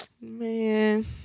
Man